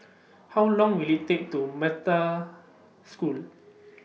How Long Will IT Take to Metta School